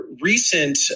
recent